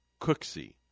Cooksey